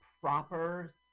proper